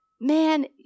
man